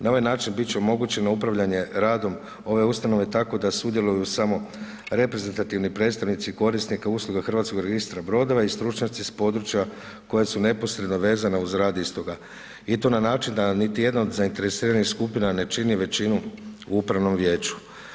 Na ovaj način bit će omogućeno upravljanje radom ove ustanove tako da sudjeluju samo reprezentativni predstavnici korisnika usluga HRB-a i stručnjaci s područja koja su neposredno vezana uz rad istoga i to na način da niti jedna od zainteresiranih skupina ne čini većinu u upravnom vijeću.